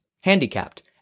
handicapped